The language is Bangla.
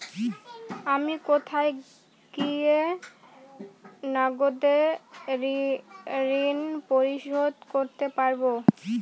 আমি কোথায় গিয়ে নগদে ঋন পরিশোধ করতে পারবো?